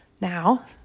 now